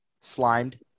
slimed